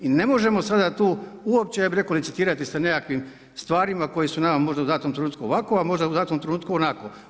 I ne možemo sada tu, uopće ja bi rekao licitirati sa nekakvim stvarima, koje su nama možda u datom trenutku ovako, a možda u datom trenutku onako.